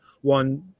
One